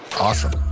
awesome